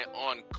on